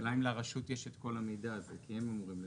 השאלה אם לרשות יש את כל המידע הזה כי הם אמורים לדווח.